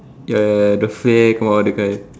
ya ya ya the flare come out that kind